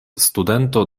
studento